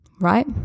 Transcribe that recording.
right